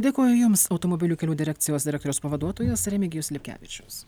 dėkoju jums automobilių kelių direkcijos direktoriaus pavaduotojas remigijus lipkevičius